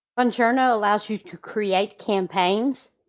bonjoro allows you to create campaigns.